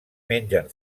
mengen